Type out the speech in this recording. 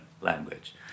language